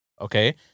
okay